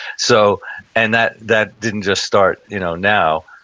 so and that that didn't just start you know now,